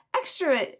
extra